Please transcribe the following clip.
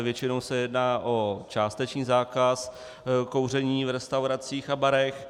Většinou se jedná o částečný zákaz kouření v restauracích a barech.